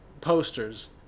posters